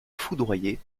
foudroyer